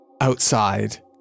outside